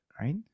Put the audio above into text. right